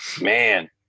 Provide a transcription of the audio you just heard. Man